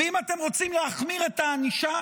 ואם אתם רוצים להחמיר את הענישה,